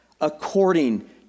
according